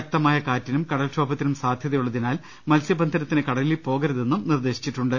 ശക്തമായ കാറ്റിനും കട്ടൽക്ഷോഭത്തിനും സാധ്യത യുള്ളതിനാൽ മത്സ്യബന്ധനത്തിന് കടലിൽ പോകരുതെന്നും നിർദേശിച്ചിട്ടുണ്ട്